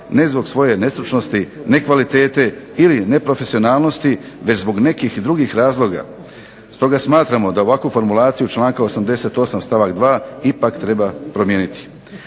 ne zbog svoje nestručnosti, nekvalitete ili neprofesionalnosti već zbog nekih drugih razloga. Stoga smatramo da ovakvu formulaciju članka 88. stavak 2. ipak treba promijeniti.